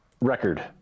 record